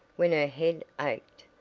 when her head ached,